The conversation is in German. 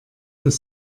das